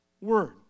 word